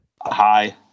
Hi